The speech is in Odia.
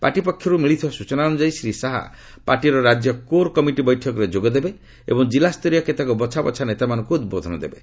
ପାର୍ଟି ପକ୍ଷରୁ ମିଳିଥିବା ସ୍ବଚନା ଅନୁଯାୟୀ ଶ୍ରୀ ଶାହା ପାର୍ଟିର ରାଜ୍ୟ କୋର୍ କମିଟି ବୈଠକରେ ଯୋଗ ଦେବେ ଏବଂ ଜିଲ୍ଲା ସ୍ତରୀୟ କେତେକ ବଛାବଛା ନେତାମାନଙ୍କୁ ଉଦ୍ବୋଧନ ଦେବେ